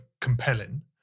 compelling